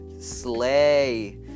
Slay